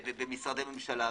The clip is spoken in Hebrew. במשרדי ממשלה,